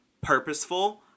purposeful